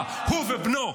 הוא ובנו,